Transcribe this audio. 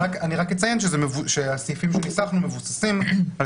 אני רק אציין שהסעיפים שניסחנו מבוססים על